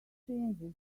changes